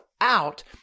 out